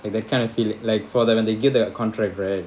like that kind of feel like for when they give their contract right